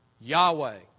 Yahweh